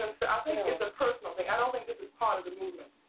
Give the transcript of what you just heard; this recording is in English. and think it's a personal thing. i don't think this is part of the movement.